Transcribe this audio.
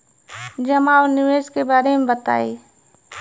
जमा और निवेश के बारे मे बतायी?